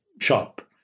shop